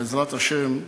שבעזרת השם,